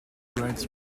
writes